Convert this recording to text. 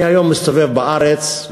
אני היום מסתובב בארץ,